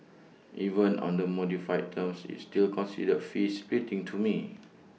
even on the modified terms it's still considered fee splitting to me